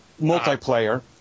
multiplayer